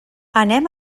anem